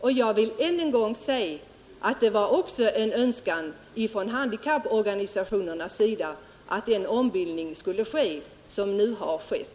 Jag vill än en gång säga att det var också en önskan från handikapporganisationernas sida att den ombildning skulle ske som nu har skett.